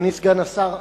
אדוני סגן השר,